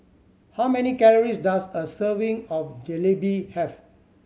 how many calories does a serving of Jalebi have